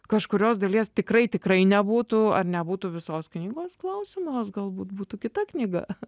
kažkurios dalies tikrai tikrai nebūtų ar nebūtų visos knygos klausimas galbūt būtų kita knyga